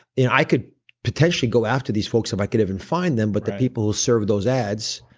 and i could potentially go after these folks if i could even find them, but the people who serve those ads,